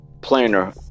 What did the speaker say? planner